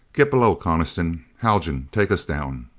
get below, coniston. haljan takes us down.